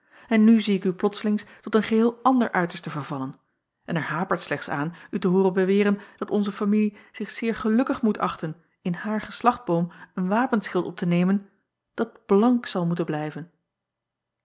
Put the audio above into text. en nu zie ik u plotslings tot een geheel ander uiterste vervallen en er hapert slechts aan u te hooren beweren dat onze familie zich zeer gelukkig moet achten in haar geslachtboom een wapenschild op te nemen dat blank zal moeten blijven